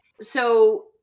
So-